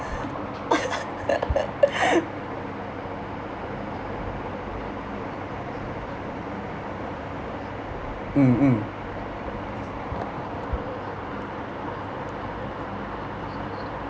mm mm